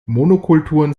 monokulturen